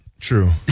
True